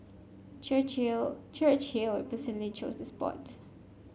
Churchill Churchill personally chose the spot